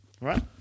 right